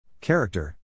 Character